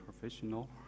professional